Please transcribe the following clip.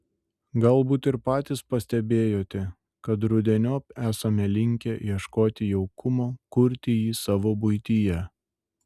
galbūt ir patys pastebėjote kad rudeniop esame linkę ieškoti jaukumo kurti jį savo buityje